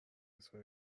نصفه